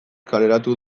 kaleratu